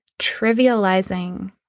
trivializing